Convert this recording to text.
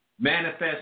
manifest